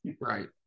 Right